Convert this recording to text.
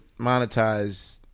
monetize